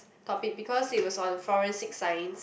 topic because it was on forensic science